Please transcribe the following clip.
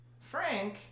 Frank